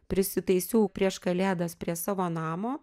prisitaisiau prieš kalėdas prie savo namo